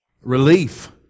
relief